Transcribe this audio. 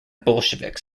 bolsheviks